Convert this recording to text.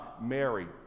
Mary